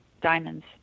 diamonds